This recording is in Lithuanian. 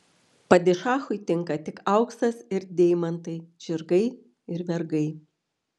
padišachui tinka tik auksas ir deimantai žirgai ir vergai